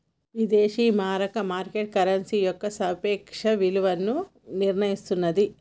విదేశీ మారక market currency యొక్క సాపేక్ష విలువను నిర్ణయిస్తన్నాది